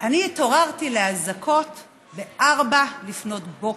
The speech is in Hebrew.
אני התעוררתי לאזעקות ב-04:00.